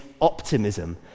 optimism